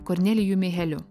kornelijumi heliu